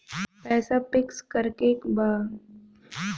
पैसा पिक्स करके बा?